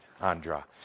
Andra